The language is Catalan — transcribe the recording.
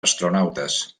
astronautes